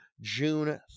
June